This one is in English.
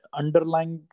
underlying